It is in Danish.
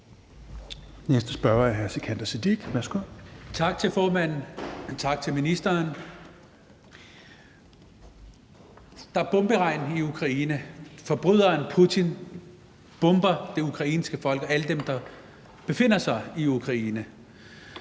Værsgo. Kl. 16:01 Sikandar Siddique (FG): Tak til formanden, og tak til ministeren. Der er bomberegn over Ukraine. Forbryderen Putin bomber det ukrainske folk og alle dem, der befinder sig i Ukraine.